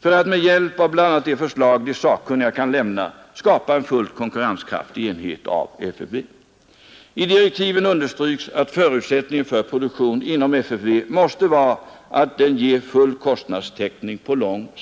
för att med hjälp av bl.a. de förslag som de sakkunniga kan lämna skapa en fullt konkurrenskraftig enhet av FFV. I direktiven understryks att förutsättningen för produktionen inom FFV måste vara att den ger full kostnadstäckning på lång sikt.